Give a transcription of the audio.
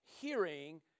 hearing